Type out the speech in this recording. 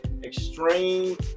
extreme